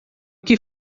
que